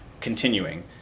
continuing